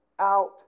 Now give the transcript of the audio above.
out